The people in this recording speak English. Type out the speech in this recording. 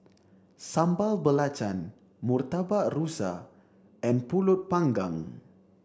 Sambal Belacan Murtabak Rusa and Pulut panggang